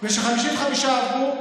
ו-55% עברו,